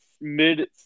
mid